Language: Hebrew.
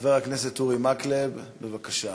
חבר הכנסת אורי מקלב, בבקשה.